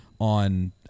on